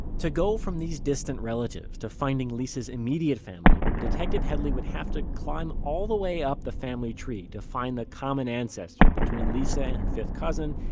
to go from these distant relatives to finding lisa's immediate family, detective headley would have to climb all the way up the family tree find the common ancestor between lisa and her fifth cousin,